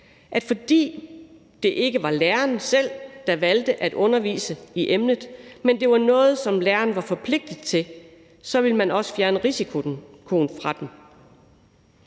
Fordi det ikke var lærerne selv, der valgte at undervise i emnet, men det var noget, som lærerne var forpligtet til, ville man også fjerne risikoen for dem.